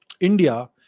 India